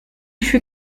fut